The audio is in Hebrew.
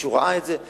מישהו ראה את זה?